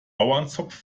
bauernzopf